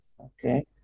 okay